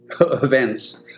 events